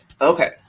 Okay